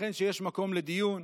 ייתכן שיש מקום לדיון,